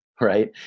right